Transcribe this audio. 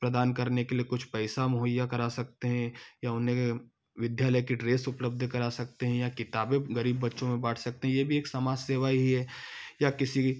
प्रदान करने के लिए कुछ पैसा मुहैया करा सकते हैं या उन्हें विद्यालय की ड्रेस उपलब्ध करा सकते हैं या किताबें गरीब बच्चों में बांट सकते हैं ये भी एक समाज सेवा ही है या किसी